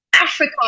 Africa